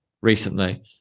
recently